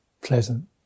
pleasant